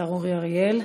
השר אורי אריאל.